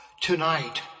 tonight